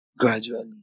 Gradually